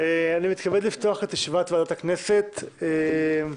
אני מתכבד לפתוח את ישיבת ועדת הכנסת היום,